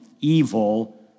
evil